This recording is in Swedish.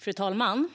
Fru talman!